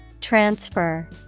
Transfer